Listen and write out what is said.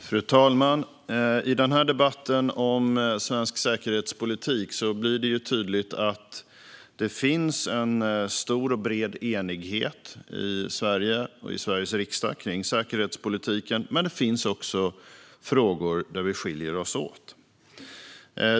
Fru talman! I den här debatten om svensk säkerhetspolitik blir det tydligt att det finns en stor och bred enighet i Sverige och i Sveriges riksdag kring säkerhetspolitiken. Men det finns också frågor där vi skiljer oss åt.